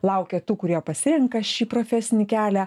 laukia tų kurie pasirenka šį profesinį kelią